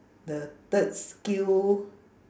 the third skill